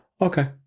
okay